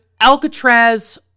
Alcatraz